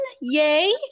Yay